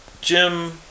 Jim